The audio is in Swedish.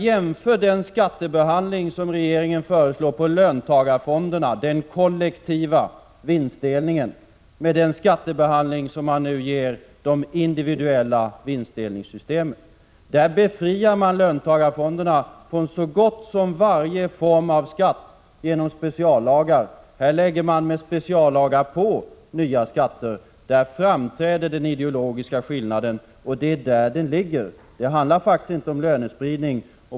Jämför den skattebehandling som regeringen föreslår beträffande löntagarfonderna, den kollektiva vinstdelningen, med den skattebehandling som man nu ger de individuella vinstdelningssystemen! Man befriar löntagarfonderna genom speciallagar från så gott som varje form av skatt. Beträffande de individuella systemen lägger man med speciallagar på nya skatter. Där framträder den ideologiska skillnaden — det är här den ligger. Det handlar faktiskt inte om lönespridning.